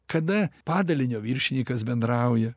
kada padalinio viršininkas bendrauja